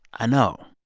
i know.